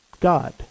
God